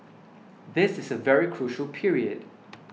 this is a very crucial period